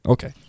Okay